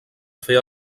fer